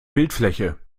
bildfläche